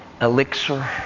elixir